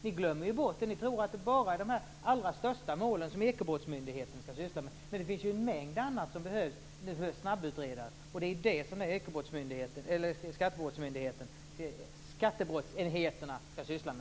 Ni tror att Ekobrottsmyndigheten skall syssla bara med de allra största målen, men det finns en mängd annat som behöver snabbutredas, och det bör skattebrottsenheterna ägna sig åt.